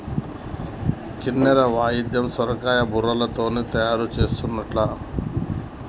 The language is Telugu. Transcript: కిన్నెర వాయిద్యం సొరకాయ బుర్రలతోనే తయారు చేసిన్లట